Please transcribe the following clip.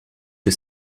que